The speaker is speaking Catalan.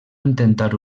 intentar